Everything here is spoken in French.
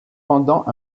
pendant